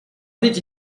dit